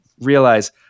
realize